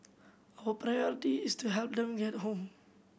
our priority is to help them get home